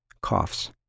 coughs